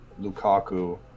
Lukaku